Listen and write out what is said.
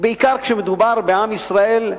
בעיקר כשמדובר בעם ישראל.